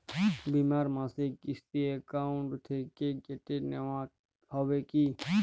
বিমার মাসিক কিস্তি অ্যাকাউন্ট থেকে কেটে নেওয়া হবে কি?